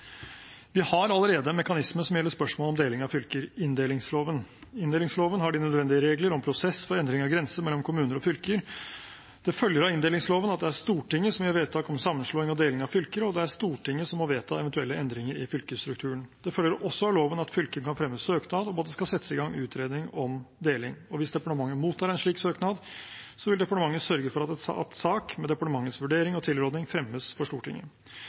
Vi har allerede en mekanisme som gjelder spørsmålet om deling av fylker – inndelingsloven. Inndelingsloven har de nødvendige regler om prosess for endring av grenser mellom kommuner og fylker. Det følger av inndelingsloven at det er Stortinget som gjør vedtak om sammenslåing og deling av fylker, og det er Stortinget som må vedta eventuelle endringer i fylkesstrukturen. Det følger også av loven at fylkene kan fremme søknad om at det skal settes i gang utredning om deling. Hvis departementet mottar en slik søknad, vil departementet sørge for at sak med departementets vurdering og tilråding fremmes for Stortinget.